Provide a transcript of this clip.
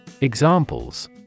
Examples